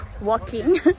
walking